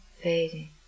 fading